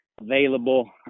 available